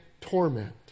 torment